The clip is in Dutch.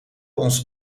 ons